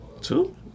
Two